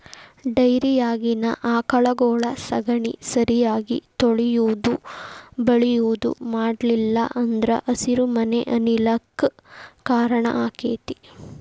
ಡೈರಿಯಾಗಿನ ಆಕಳಗೊಳ ಸಗಣಿ ಸರಿಯಾಗಿ ತೊಳಿಯುದು ಬಳಿಯುದು ಮಾಡ್ಲಿಲ್ಲ ಅಂದ್ರ ಹಸಿರುಮನೆ ಅನಿಲ ಕ್ಕ್ ಕಾರಣ ಆಕ್ಕೆತಿ